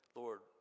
lord